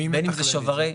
מי מתכלל את זה?